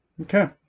Okay